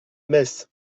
metz